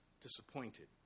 disappointed